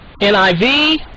NIV